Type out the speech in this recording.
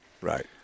Right